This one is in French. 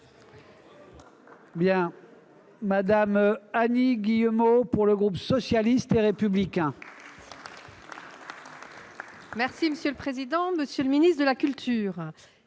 Mme Annie Guillemot, pour le groupe socialiste et républicain.